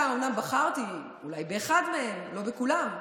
אומנם בחרתי פוליטיקאים, אולי באחד מהם, לא בכולם,